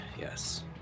yes